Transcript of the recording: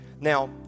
Now